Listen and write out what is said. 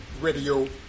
Radio